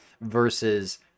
versus